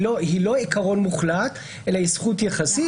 היא לא עיקרון מוחלט אלא היא זכות יחסית.